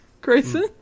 Grayson